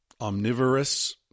omnivorous